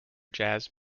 jazz